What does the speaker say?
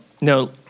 No